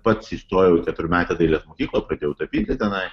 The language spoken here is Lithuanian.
pats įstojau į keturmetę dailės mokyklą pradėjau tapyti tenai